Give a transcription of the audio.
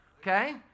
Okay